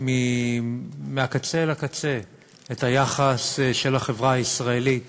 מהקצה אל הקצה את היחס של החברה הישראלית